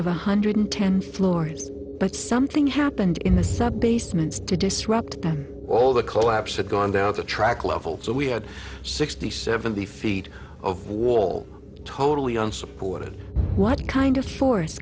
one hundred ten floors but something happened in the subbasements to disrupt them all the collapse of going down the track level so we had sixty seventy feet of wall totally unsupported what kind of force